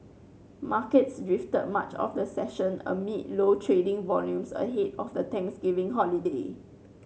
markets drifted much of the session amid low trading volumes ahead of the Thanksgiving holiday